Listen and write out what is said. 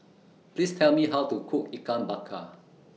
Please Tell Me How to Cook Ikan Bakar